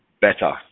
better